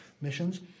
missions